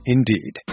Indeed